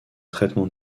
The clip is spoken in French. traitement